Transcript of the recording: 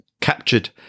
captured